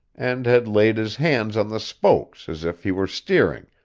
and had laid his hands on the spokes as if he were steering,